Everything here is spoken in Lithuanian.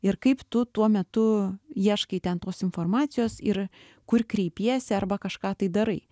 ir kaip tu tuo metu ieškai ten tos informacijos ir kur kreipiesi arba kažką tai darai